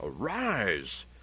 Arise